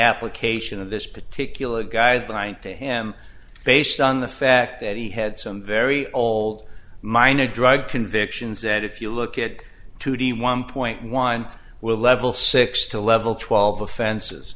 application of this particular guideline to him based on the fact that he had some very old minor drug convictions that if you look at it to the one point one will level six to level twelve offense